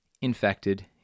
infected